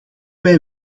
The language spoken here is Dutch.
wij